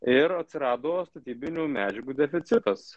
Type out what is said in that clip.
ir atsirado statybinių medžiagų deficitas